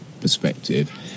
perspective